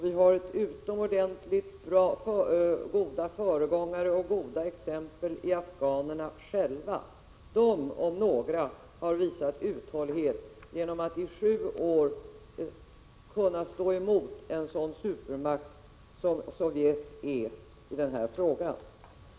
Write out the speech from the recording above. Vi har utomordentligt goda föregångare och goda exempel i afghanerna själva. De om några har visat uthållighet genom att under sju år ha kunnat stå emot en supermakt som Sovjet.